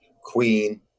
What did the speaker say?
Queen